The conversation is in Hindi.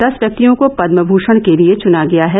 दस व्यक्तियों को पदमभुषण के लिए चुना गया है